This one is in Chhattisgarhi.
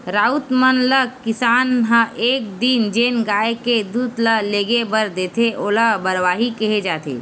राउत मन ल किसान ह एक दिन जेन गाय के दूद ल लेगे बर देथे ओला बरवाही केहे जाथे